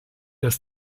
des